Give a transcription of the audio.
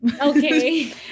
Okay